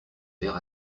vers